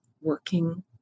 working